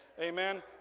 Amen